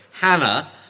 Hannah